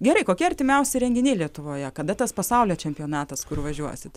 gerai kokie artimiausi renginiai lietuvoje kada tas pasaulio čempionatas kur važiuosit